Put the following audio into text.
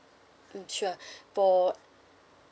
mm sure for